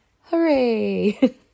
Hooray